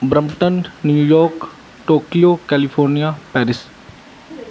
Brampton New York Tokyo California Paris